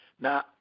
Now